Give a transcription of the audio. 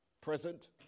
present